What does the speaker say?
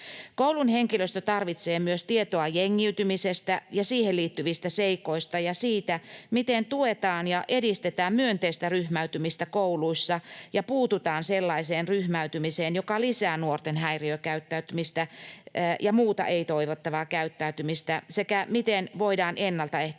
Koulun henkilöstö tarvitsee myös tietoa jengiytymisestä ja siihen liittyvistä seikoista ja siitä, miten tuetaan ja edistetään myönteistä ryhmäytymistä kouluissa ja puututaan sellaiseen ryhmäytymiseen, joka lisää nuorten häiriökäyttäytymistä ja muuta ei-toivottavaa käyttäytymistä, sekä siitä, miten voidaan ennaltaehkäistä